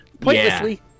Pointlessly